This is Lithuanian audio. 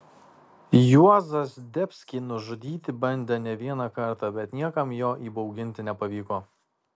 juozą zdebskį nužudyti bandė ne vieną kartą bet niekam jo įbauginti nepavyko